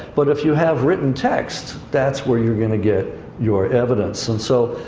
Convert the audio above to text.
but if you have written texts, that's where you're going to get your evidence. and so,